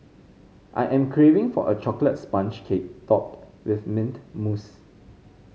I am craving for a chocolate sponge cake topped with mint mousse